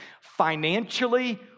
Financially